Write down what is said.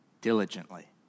diligently